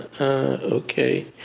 okay